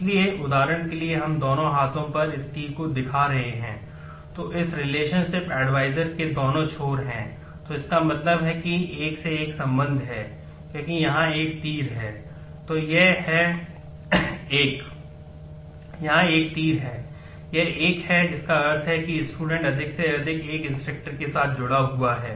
इसलिए उदाहरण के लिए यदि हम दोनों हाथों पर इस तीर को दिखा रहे हैं तो इस रिलेशनशिप के साथ जुड़ा हुआ है